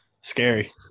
scary